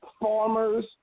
farmers